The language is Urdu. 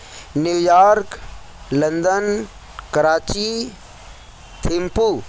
new York London Karachi Thimphu